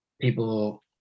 people